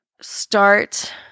start